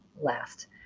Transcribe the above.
last